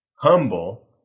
Humble